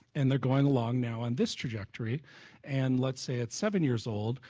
and they're going along now on this trajectory and let's say, at seven years old,